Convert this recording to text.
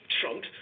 Trump